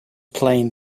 plain